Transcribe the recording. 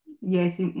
Yes